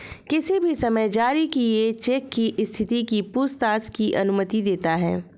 किसी भी समय जारी किए चेक की स्थिति की पूछताछ की अनुमति देता है